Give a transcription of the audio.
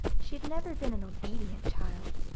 she had never been an obedient child.